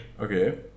Okay